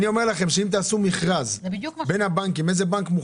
זה בדיוק מה שקרה.